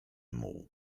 muł